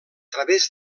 través